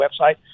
website